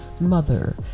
mother